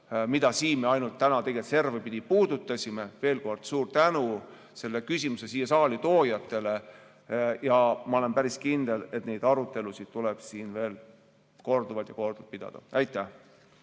täna siin tegelikult ainult servapidi puudutasime. Veel kord suur tänu selle küsimuse siia saali toojatele. Ma olen päris kindel, et neid arutelusid tuleb siin veel korduvalt ja korduvalt pidada. Aitäh!